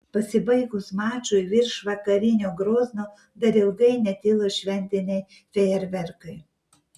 pasibaigus mačui virš vakarinio grozno dar ilgai netilo šventiniai fejerverkai